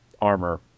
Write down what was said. armor